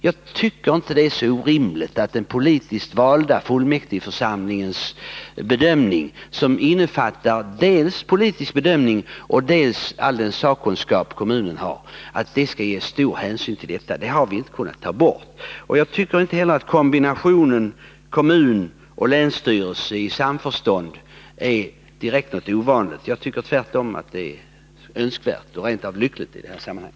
Jag tycker inte att det är orimligt att stor hänsyn skall tas till den politiskt valda fullmäktigeförsamlingens bedömning, som dels innefattar en politisk bedömning, dels ger uttryck för den sakkunskap kommunen kan ha på området. Vi har inte kunnat ta bort denna punkt. Jag tycker inte heller att kombinationen kommun+länsstyrelse i samförstånd är något direkt ovanligt. Jag tycker tvärtom att den kombinationen är önskvärd, rent av lycklig i detta sammanhang.